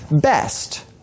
best